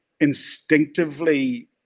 instinctively